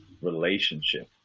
relationship